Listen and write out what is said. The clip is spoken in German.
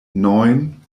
neun